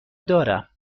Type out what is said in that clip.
دارم